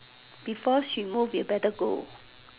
before she move you better go